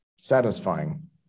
satisfying